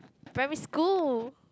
primary school